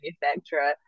manufacturer